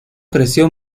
creció